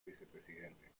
vicepresidente